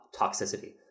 toxicity